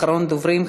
אחרון הדוברים,